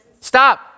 Stop